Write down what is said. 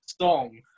song